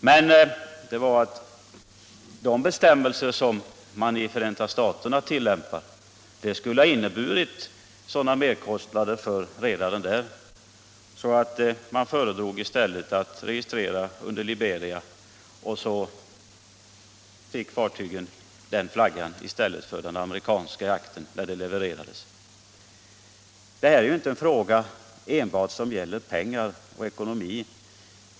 Anledningen var att de bestämmelser som man i Förenta staterna tillämpar skulle ha inneburit sådana merkostnader för redaren där att han föredrog att i stället registrera under Liberiaflagg, och därför fick fartygen den flaggan i stället för den amerikanska i aktern när de levererades. Detta är inte en fråga enbart om pengar och ekonomi.